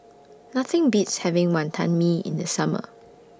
Nothing Beats having Wonton Mee in The Summer